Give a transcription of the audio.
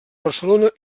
barcelona